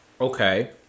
Okay